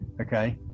okay